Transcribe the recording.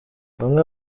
bamwe